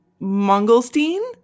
Mongolstein